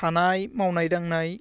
थानाय मावनाय दांनाय